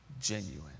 genuine